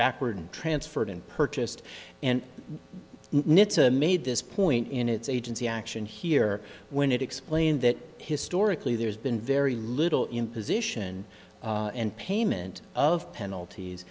backward transferred and purchased and nitsa made this point in its agency action here when it explained that historically there's been very little in position and payment of penalties